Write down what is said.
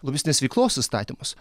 lobistinės veiklos įstatymuose